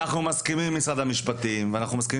אנחנו מסכימים עם משרד המשפטים ועם משרד החינוך